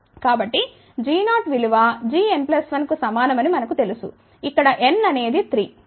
కాబట్టి g0 విలువ gn 1 కు సమానమని మనకు తెలుసు ఇక్కడ n అనేది 3